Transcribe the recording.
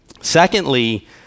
Secondly